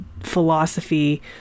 philosophy